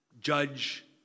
judge